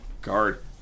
guard